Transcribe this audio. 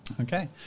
Okay